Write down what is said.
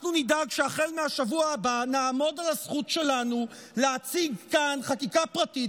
אנחנו נדאג שהחל מהשבוע הבא נעמוד על הזכות שלנו להציג כאן חקיקה פרטית,